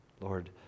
Lord